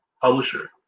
publisher